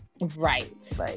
right